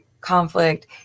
conflict